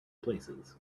places